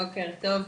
בוקר טוב,